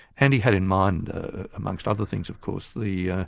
and he had in mind amongst other things of course, the